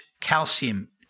calcium